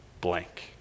blank